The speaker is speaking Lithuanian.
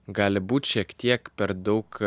gali būt šiek tiek per daug